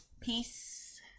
Peace